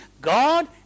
God